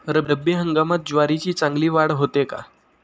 रब्बी हंगामात ज्वारीची चांगली वाढ होते का?